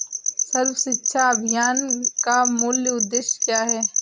सर्व शिक्षा अभियान का मूल उद्देश्य क्या है?